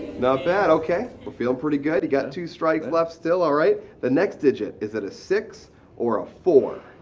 not bad, okay. but feel pretty good. you got two strikes left still, alright. the next digit, is it a six or a four?